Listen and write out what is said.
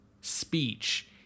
speech